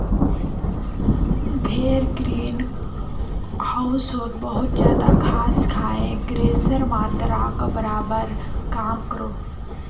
भेड़ ग्रीन होउसोत बहुत ज्यादा घास खाए गसेर मात्राक बढ़वार काम क्रोह